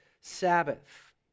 Sabbath